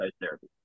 therapy